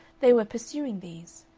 they were pursuing these.